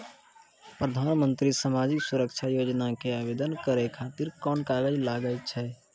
प्रधानमंत्री समाजिक सुरक्षा योजना के आवेदन करै खातिर कोन कागज लागै छै?